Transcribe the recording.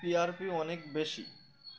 টি R P অনেক বেশি